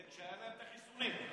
זה כשהיו להם החיסונים.